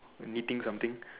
knitting something